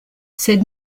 sed